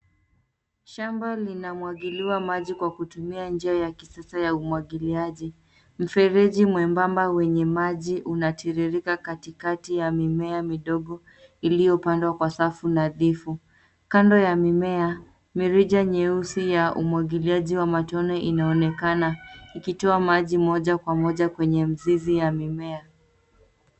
Shamba linamwagiliwa maji kwa kutumia njia ya kisasa ya umwagiliaji. Mfereji mwembamba wenye maji unatiririka katikati ya mimea midogo iliyopandwa kwa safu nadhifu. Kando ya mimea, mirija meusi ya umwagiliaji wa matone inaonekana ikitoa maji moja kwa moja kwenye mzizi ya mimea.